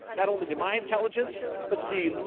not only to my intelligence but to the,